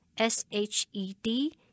S-H-E-D